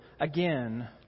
again